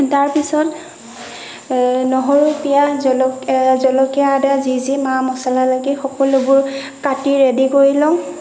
তাৰ পিছত নহৰু পিঁয়াজ জল জলকীয়া আদা যি যি মা মছলা লাগে সকলোবোৰ কাটি ৰেডি কৰি লওঁ